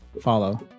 follow